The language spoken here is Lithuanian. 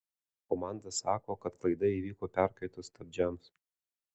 komanda sako kad klaida įvyko perkaitus stabdžiams